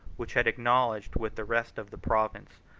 which had acknowledged, with the rest of the province,